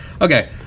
Okay